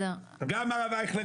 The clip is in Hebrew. גם הרב אייכלר,